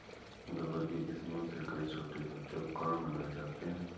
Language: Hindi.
रबर की किस्मों से कई छोटे छोटे उपकरण बनाये जाते हैं